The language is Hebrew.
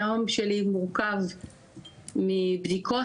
היום שלי מורכב מבדיקות,